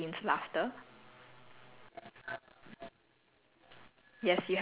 yes we are very willing voice talents very very talented do you hear jean's laughter